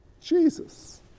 Jesus